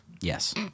Yes